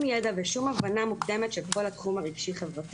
ידע ושום הבנה מוקדמת של כל התחום הרגשי-חברתי.